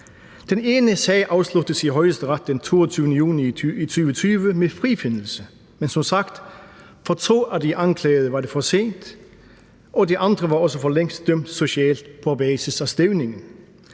Den ene sag afsluttes i Højesteret den 22. juni i 2020 med frifindelse. Men det var som sagt for to af de anklagede for sent, og de andre var også for længst dømt socialt på basis af stævningen.